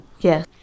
Yes